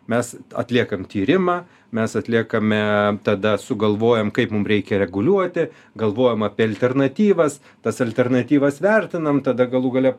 mes atliekam tyrimą mes atliekame tada sugalvojom kaip mum reikia reguliuoti galvojam apie alternatyvas tas alternatyvas vertinam tada galų gale